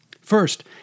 First